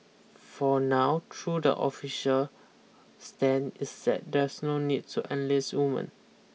for now through the official stand is that there's no need to enlist women